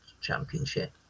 Championship